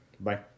Bye